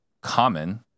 common